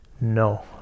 no